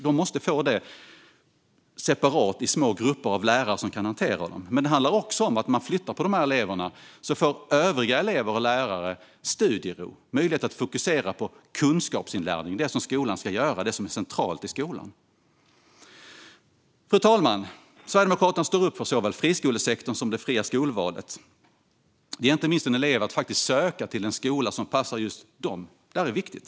De måste få det separat, i små grupper, av lärare som kan hantera dem. Men det handlar också om att man flyttar på dessa elever så att övriga elever och lärare får studiero och möjlighet att fokusera på kunskapsinlärning - det som skolan ska göra och som är centralt där. Fru talman! Sverigedemokraterna står upp för såväl friskolesektorn som det fria skolvalet. Det ger inte minst elever möjlighet att söka till en skola som passar just dem. Detta är viktigt.